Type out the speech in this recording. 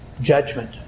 Judgment